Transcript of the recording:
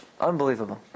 unbelievable